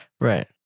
right